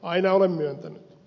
aina olen myöntänyt